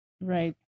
Right